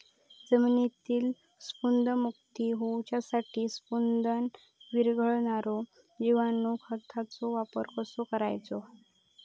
जमिनीतील स्फुदरमुक्त होऊसाठीक स्फुदर वीरघळनारो जिवाणू खताचो वापर कसो करायचो?